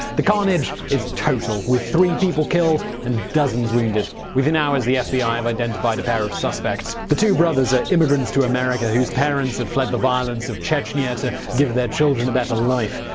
the carnage is total with three people killed and dozens wounded. within hours the fbi have identified a pair of suspects. the two brothers are immigrants to america whose parents have fled the violence of chechnya to give their children a better life.